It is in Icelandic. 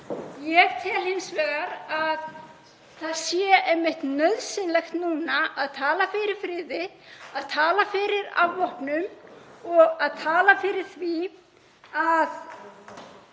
Ég tel hins vegar að það sé einmitt nauðsynlegt núna að tala fyrir friði, að tala fyrir afvopnun og að tala fyrir því að